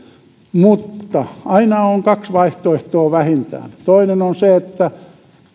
mutta aina on kaksi vaihtoehtoa vähintään toinen on se että